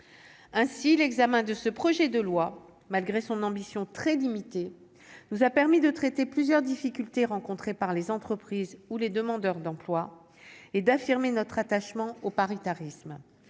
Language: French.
ainsi l'examen de ce projet de loi malgré son ambition très limité, nous a permis de traiter plusieurs difficultés rencontrées par les entreprises ou les demandeurs d'emploi et d'affirmer notre attachement au paritarisme,